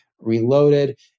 reloaded